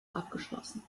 abgeschlossen